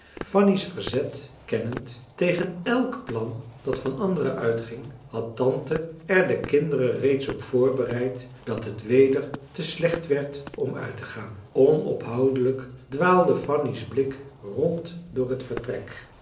aan fanny's verzet kennend tegen elk plan dat van anderen uitging had tante er de kinderen reeds op voorbereid dat het weder te slecht werd om uittegaan onophoudelijk dwaalde fanny's blik rond door het vertrek